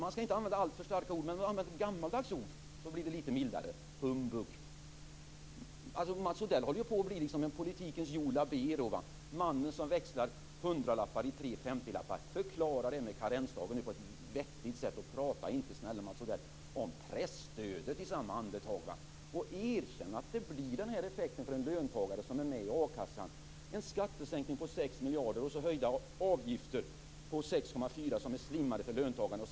Man skall inte använda alltför starka ord, men låt mig använda ett gammaldags ord så blir det lite mildare: Mats Odell håller ju på att bli en politikens Joe Labero - mannen som växlar hundralappar i tre femtiolappar. Förklara detta med karensdagen på ett vettigt sätt och prata inte om presstödet i samma andetag, snälla Mats Odell! Erkänn att det blir den här effekten för en löntagare som är med i a-kassan! Det blir en skattesänkning på 6 miljarder och höjda avgifter på 6,4 som är slimmade för löntagarna.